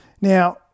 now